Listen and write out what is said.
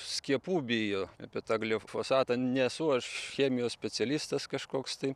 skiepų bijo apie tą glifosatą nesu aš chemijos specialistas kažkoks tai